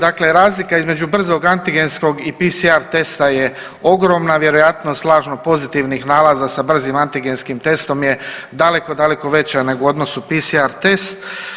Dakle, razlika između brzog antigenskog i PCR testa je ogromna, vjerojatno s lažno pozitivnih nalaza sa brzim antigenskim testom je daleko, daleko veća nego u odnosu PCR test.